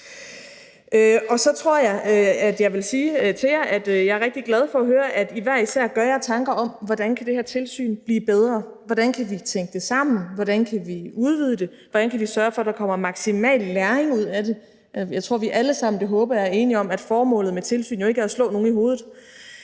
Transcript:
Så tror jeg, jeg vil sige til jer, at jeg er rigtig glad for at høre, at I hver især gør jer tanker om, hvordan det her tilsyn kan blive bedre, hvordan vi kan tænke det sammen, hvordan vi kan udvide det, hvordan vi kan sørge for, at der kommer en maksimal læring ud af det. Jeg tror, at vi alle sammen – det håber jeg – er enige om, at formålet med tilsyn jo ikke er at slå nogen oven i hovedet,